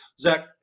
Zach